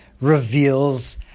reveals